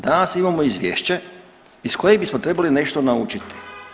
Danas imamo izvješće iz kojeg bismo trebali nešto naučiti.